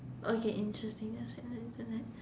okay interesting that I have seen on the Internet